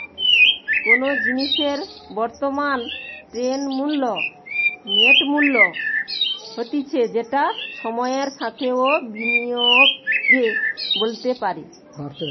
কোনো জিনিসের বর্তমান নেট মূল্য হতিছে যেটা সময়ের সাথেও বিনিয়োগে বাড়তে পারে